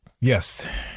yes